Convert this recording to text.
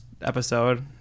episode